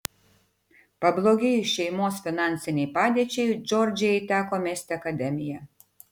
pablogėjus šeimos finansinei padėčiai džordžijai teko mesti akademiją